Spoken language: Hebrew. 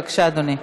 בבקשה, אדוני.